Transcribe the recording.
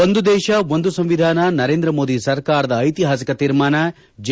ಒಂದು ದೇಶ ಒಂದು ಸಂವಿಧಾನ ನರೇಂದ್ರ ಮೋದಿ ಸರ್ಕಾರದ ಐತಿಹಾಸಿಕ ತೀರ್ಮಾನ ಜೆ